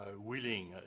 willing